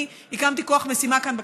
אני הקמתי כוח משימה כאן בכנסת,